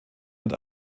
mit